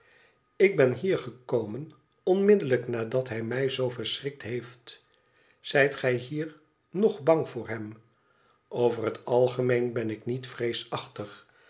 ik ben hier gekomen onmiddellijk nadat hij mij zoo verschrikt heeft t zijt gij hier ng bang voor hem over het algemeen ben ik niet